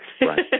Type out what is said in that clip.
Right